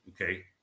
okay